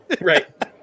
right